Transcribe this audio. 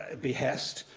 behest,